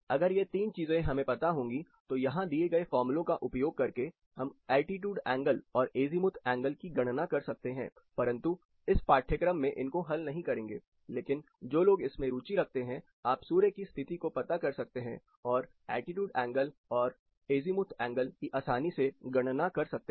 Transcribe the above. अगर यह तीन चीजें हमें पता होगी तो यहां दिए गए फॉर्मूलो का उपयोग करके हम एल्टीट्यूड एंगल और अजीमुथ एंगल की गणना कर सकते हैं परंतु इस पाठ्यक्रम में इनको हल नहीं करेंगे लेकिन जो लोग भी इसमें रुचि रखते हैं आप सूर्य की स्थिति को पता कर सकते हैं और एल्टीट्यूड एंगल और एजीमूथ एंगल की आसानी से गणना कर सकते हैं